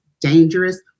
dangerous